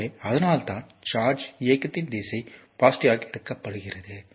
எனவே அதனால்தான் சார்ஜ் இயக்கத்தின் திசை பாசிட்டிவ் ஆக எடுக்கப்படுகிறது